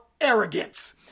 arrogance